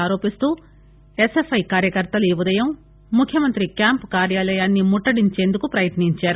ఆరోపిస్తూ ఎస్ఎఫ్ఐ కార్యకర్తలు ఈ ఉదయం ముఖ్యమంత్రి క్యాంపు కార్యాలయాన్ని ముట్లడించేందుకు పయత్నించారు